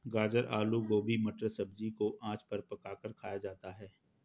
गाजर आलू गोभी मटर सब्जी को आँच पर पकाकर खाया जाता है